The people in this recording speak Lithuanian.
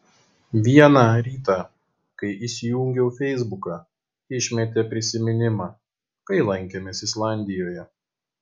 vieną rytą kai įsijungiau feisbuką išmetė prisiminimą kai lankėmės islandijoje